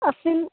अस्मिन्